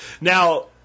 Now